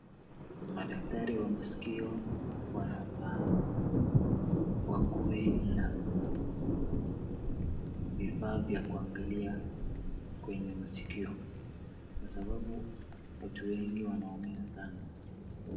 Madaktari wa maskio wanafaa wakuwe na vifaa vya kuangalia kwenye masikio. Kwa sababu watu wengi wanaumia sana.